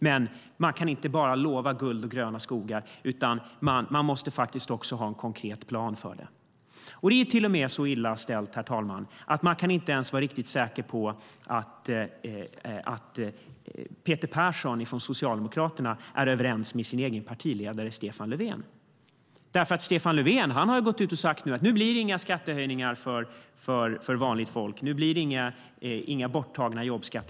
Men man kan inte bara lova guld och gröna skogar. Man måste faktiskt också ha en konkret plan för det. Herr talman! Det är till och med så illa ställt att man inte ens kan vara riktigt säker på att Peter Persson från Socialdemokraterna är överens med sin egen partiledare Stefan Löfven. Stefan Löfven har nämligen gått ut nu och sagt att det inte blir några skattehöjningar för vanligt folk och att jobbskatteavdragen inte ska tas bort.